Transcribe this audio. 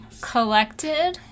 collected